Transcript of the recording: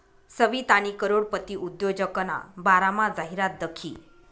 सवितानी करोडपती उद्योजकना बारामा जाहिरात दखी